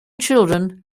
children